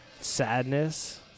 sadness